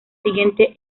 siguiente